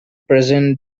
present